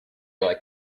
like